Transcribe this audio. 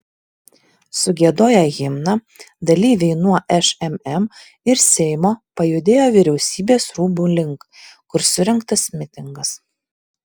sugiedoję himną dalyviai nuo šmm ir seimo pajudėjo vyriausybės rūmų link kur surengtas mitingas